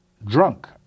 drunk